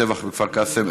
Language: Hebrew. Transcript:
טבח כפר קאסם,